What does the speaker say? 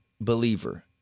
believer